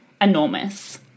enormous